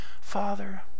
Father